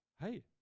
Hey